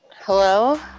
Hello